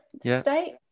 state